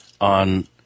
On